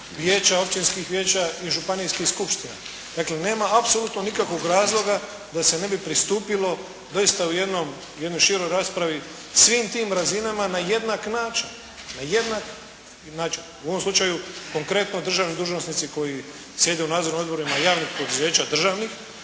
vijeća, općinskih vijeća i županijskih skupština. Dakle nema apsolutno nikakvog razloga da se ne bi pristupilo doista u jednoj široj raspravi svim tim razinama na jednak način. Na jednak način. U ovom slučaju konkretno državni dužnosnici koji sjede u nadzornim odborima javnih poduzeća državnih